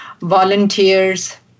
volunteers